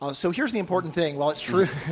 um so here's the important thing. while it's true